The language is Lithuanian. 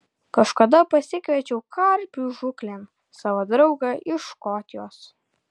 kažkada pasikviečiau karpių žūklėn savo draugą iš škotijos